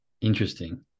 interesting